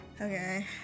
Okay